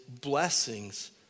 blessings